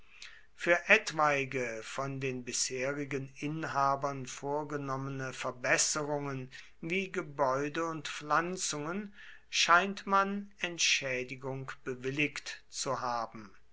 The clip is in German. für etwaige von den bisherigen inhabern vorgenommene verbesserungen wie gebäude und pflanzungen scheint man entschädigung bewilligt zu haben